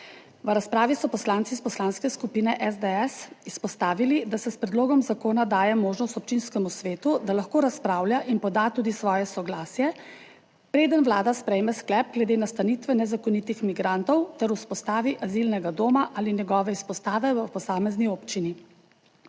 V razpravi so poslanci iz Poslanske skupine SDS izpostavili, da se s predlogom zakona daje možnost občinskemu svetu, da lahko razpravlja in poda tudi svoje soglasje, preden Vlada sprejme sklep glede nastanitve nezakonitih migrantov ter vzpostavi azilnega doma ali njegove izpostave v posamezni občini.